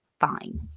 fine